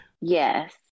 Yes